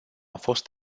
fost